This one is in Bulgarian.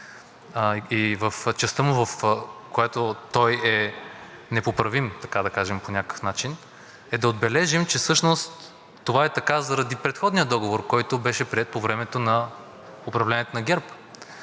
в частта му, в която той е непоправим, така да кажем, по някакъв начин да отбележим, че всъщност това е така заради предходния договор, който беше приет по времето на управлението на ГЕРБ,